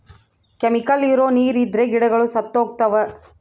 chemical ಇರೋ ನೀರ್ ಇದ್ರೆ ಗಿಡಗಳು ಸತ್ತೋಗ್ತವ